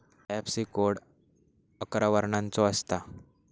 IFSC code अकरा वर्णाचो असता